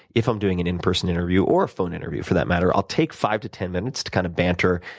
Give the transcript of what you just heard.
if i'm doing an in-person interview or phone interview, for that matter i'll take five to ten minutes to kind of banter,